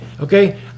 okay